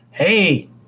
Hey